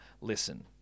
Listen